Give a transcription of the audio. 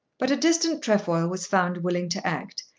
but a distant trefoil was found willing to act,